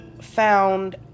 found